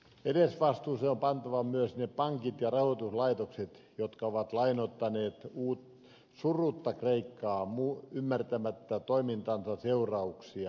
edesvastuuseen on pantava myös ne pankit ja rahoituslaitokset jotka ovat lainoittaneet surutta kreikkaa ymmärtämättä toimintansa seurauksia